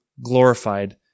glorified